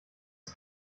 ist